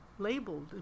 labeled